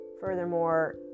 Furthermore